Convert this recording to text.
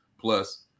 plus